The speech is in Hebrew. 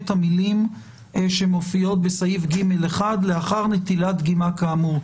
המילים שמופיעות בסעיף (ג1): "לאחר נטילת דגימה כאמור".